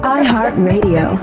iHeartRadio